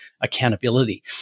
accountability